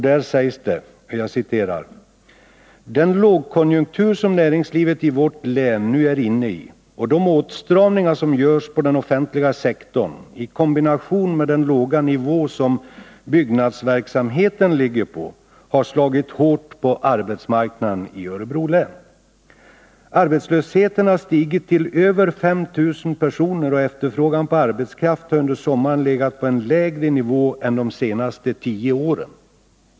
Där sägs bl.a.: ”Den lågkonjunktur som näringslivet i vårt län är inne i och de åtstramningar som görs på den offentliga sektorn i kombination med den låga nivå som byggnadsverksamheten ligger på har slagit hårt på arbetsmarknaden i Örebro län. Arbetslösheten har stigit till över 5 000 personer och efterfrågan på arbetskraft har under sommaren legat på en lägre nivå än de senaste 10 åren.